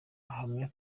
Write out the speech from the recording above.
ahamya